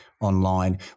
Online